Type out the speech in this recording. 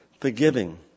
Forgiving